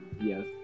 Yes